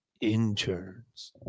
interns